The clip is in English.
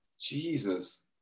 Jesus